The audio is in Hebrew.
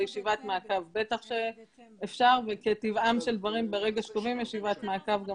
לישיבת מעקב בטח שאפשר וכטבעם של דברים ברגע שקובעים ישיבת מעקב גם